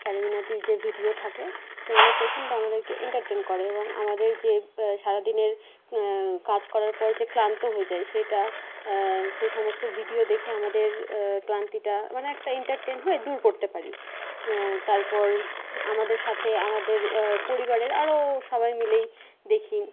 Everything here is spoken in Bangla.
ক্যারিমিনাটির যে ভিডিও থাকে সেগুলো প্রচণ্ড আমাদেরকে এন্টারটেন করে এবং আমাদের যে সারাদিনের কাজ করার পর যে ক্লান্ত হয়ে যাই সেটা সে সমস্ত ভিডিও দেখে আমাদের ক্লান্তিটা মানে একটা এন্টারটেন হয়ে দূর করতে পারি তারপর আমাদের সাথে আমাদের পরিবারের আরো সবাই মিলেই দেখি